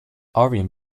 orion